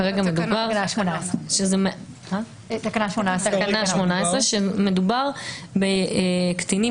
כרגע מדובר --- לתקנה 18. מדובר בקטינים